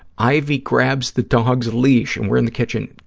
ivy grabs the dog's leash, and we're in the kitchen,